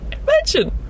Imagine